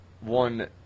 one